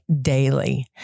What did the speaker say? daily